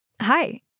Hi